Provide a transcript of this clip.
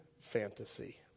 fantasy